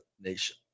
nation